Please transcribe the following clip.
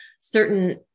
certain